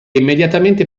immediatamente